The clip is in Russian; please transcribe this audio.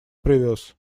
привез